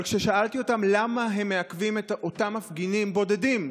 אבל כששאלתי אותם למה הם מעכבים את אותם מפגינים בודדים,